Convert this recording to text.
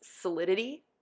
solidity